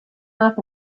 off